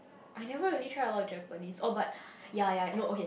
I never really try a lot Japanese oh but yea yea I know okay